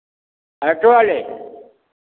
auto वाले